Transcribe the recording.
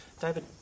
David